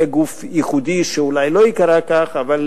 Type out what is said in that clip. המקום, אולי אפילו מעבר למקום חדש.